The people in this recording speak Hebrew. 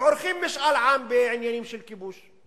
שעורכים משאל עם בעניינים של כיבוש,